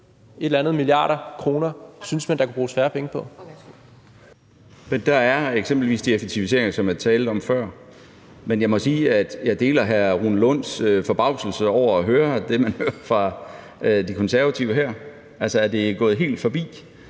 (Finansministeren) Morten Bødskov (fg.): Der er eksempelvis de effektiviseringer, som jeg talte om før. Men jeg må sige, at jeg deler hr. Rune Lunds forbavselse over at høre det, man hører fra De Konservative her. Altså, er det gået helt forbi